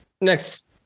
next